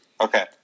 Okay